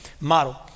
model